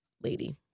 lady